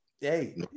Hey